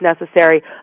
necessary